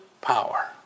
power